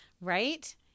Right